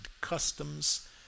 customs